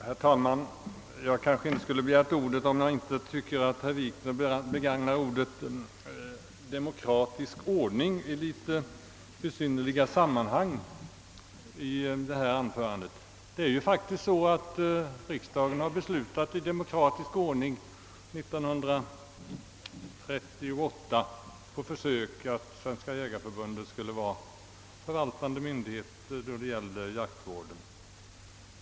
Herr talman! Jag skulle inte ha begärt ordet, om jag inte tyckt att herr Wikner begagnade uttrycket »demokratisk ordning» i litet besynnerliga sammanhang i sitt anförande. Riksdagen har faktiskt år 1938 i demokratisk ordning beslutat att Svenska jägareförbundet på försök skulle vara förvaltande myndighet i fråga om jaktvården.